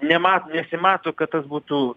nematom nesimato kad tas būtų